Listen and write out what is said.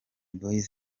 boys